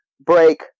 break